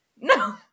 No